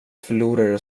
förlorare